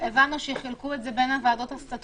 הבנו שחילקו את זה בין הוועדות הסטטוטוריות,